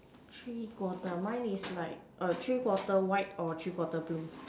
three quarter mine was like a three quarter white or three quarter blue